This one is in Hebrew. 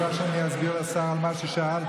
את רוצה שאני אסביר לשר על מה ששאלת?